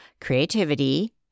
creativity